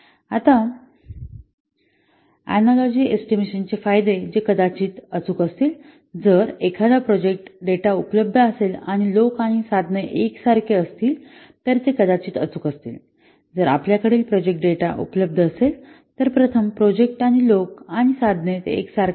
आता analogy estimation चे फायदे जे कदाचित ते अचूक असतील जर एखादा प्रोजेक्ट डेटा उपलब्ध असेल आणि लोक आणि साधने एकसारखे असतील तर ते कदाचित अचूक असतील जर आपल्याकडील प्रोजेक्ट डेटा उपलब्ध असेल तर प्रथम प्रोजेक्ट आणि लोक आणि साधने ते एकसारखेच आहेत